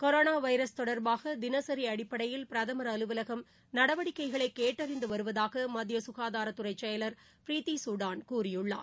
corona virus தொடர்பாக தினசரி அடிப்படையில் பிரதமர் அலுவலசம் நடவடிக்கைகளை கேட்டறிந்து வருவதாக மத்திய சுகாதாரத்துறை செயலர் பிரித்தி சூடான் கூறியுள்ளார்